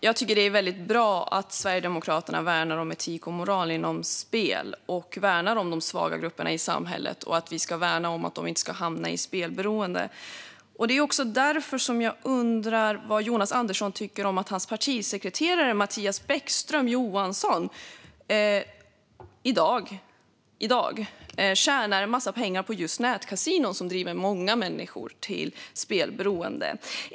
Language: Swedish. Fru talman! Det är väldigt bra att Sverigedemokraterna värnar om etik och moral inom spel och värnar om de svaga grupperna i samhället. Vi ska värna om att de inte ska hamna i spelberoende. Det är också därför som jag undrar vad Jonas Andersson tycker om att hans partisekreterare Mattias Bäckström Johansson i dag tjänar en massa pengar på just nätkasinon som driver många människor till spelberoende.